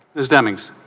as the knicks